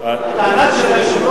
מה פתאום.